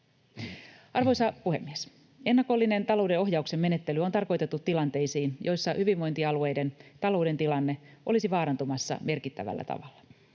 Arvoisa puhemies! Ennakollinen talouden ohjauksen menettely on tarkoitettu tilanteisiin, joissa hyvinvointialueiden talouden tilanne olisi vaarantumassa merkittävällä tavalla.